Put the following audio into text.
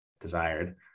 desired